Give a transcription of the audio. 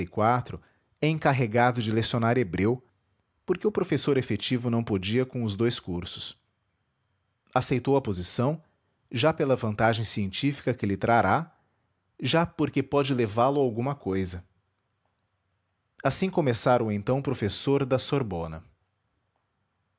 o é encarregado de lecionar hebreu porque o professor efetivo não podia com os dous cursos aceitou a posição já pela vantagem científica que lhe trará já porque pode levá-lo a alguma cousa assim começara o então professor da sorbona